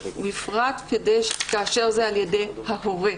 בפרט כאשר זה על ידי ההורה.